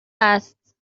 است